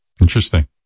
interesting